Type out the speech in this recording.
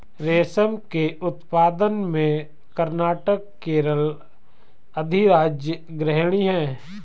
रेशम के उत्पादन में कर्नाटक केरल अधिराज्य अग्रणी है